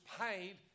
paid